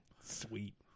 Sweet